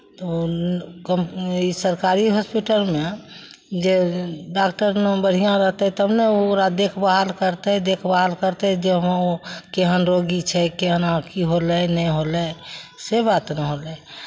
तऽ कम् ई सरकारी हॉस्पिटलमे जे डॉक्टरमे बढ़िआँ रहतै तब ने ओ ओकरा देखभाल करतै देखभाल करतै जे हँ केहन रोगी छै केना की होलै नहि होलै से बात रहलै